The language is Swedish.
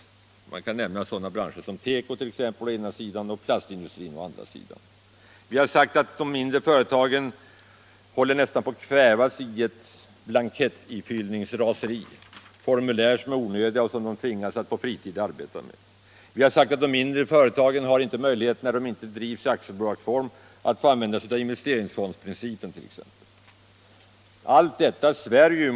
Sådana branscher kan nämnas som tekoindustrin å ena sidan och plastindustrin å andra sidan. Vi har sagt att de mindre företagen nästan håller på att kvävas i ett blankettifyllningsraseri, av att behöva fylla i formulär som är onödiga men som de ändå tvingas att på fritid arbeta med, och vi har sagt att de mindre företagen inte har möjlighet, när de inte drivs i aktiebolagsform, att använda sig av exempelvis investeringsfondsprincipen. Detta för att nämna några exempel.